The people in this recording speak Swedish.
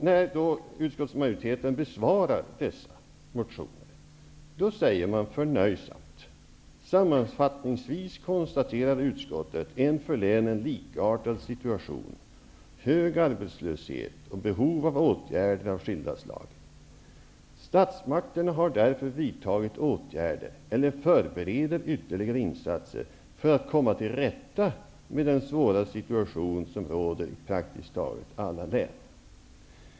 När utskottsmajoriteten besvarar dessa motioner anför den förnöjsamt: ''Sammanfattningsvis konstaterar utskottet en för länen likartad situation: hög arbetslöshet och behov av åtgärder av skilda slag. Statsmakterna har därför vidtagit åtgärder eller förbereder ytterligare insatser för att komma till rätta med den svåra situation som råder i praktiskt taget alla län.''